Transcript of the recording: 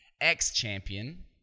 Ex-champion